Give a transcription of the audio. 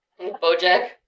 Bojack